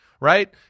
right